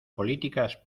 políticas